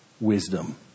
wisdom